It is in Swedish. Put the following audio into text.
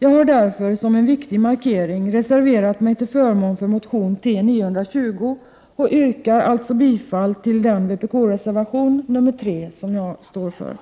Jag har därför som en viktig markering reserverat mig till förmån för motion T920 och yrkar bifall till vpk-reservationen nr 3, som jag står för.